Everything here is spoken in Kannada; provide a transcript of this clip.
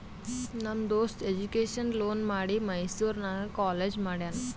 ನಮ್ ದೋಸ್ತ ಎಜುಕೇಷನ್ ಲೋನ್ ಮಾಡಿ ಮೈಸೂರು ನಾಗ್ ಕಾಲೇಜ್ ಮಾಡ್ಯಾನ್